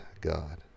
God